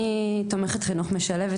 אני תומכת חינוך משלבת,